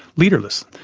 leaderless.